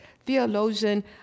theologian